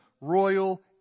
royal